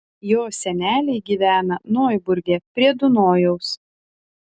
jo seneliai gyvena noiburge prie dunojaus